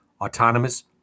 autonomous